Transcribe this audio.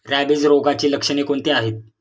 Rabies रोगाची लक्षणे कोणती आहेत?